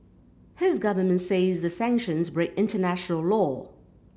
his government says the sanctions break international law